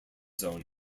zone